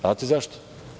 Znate zašto?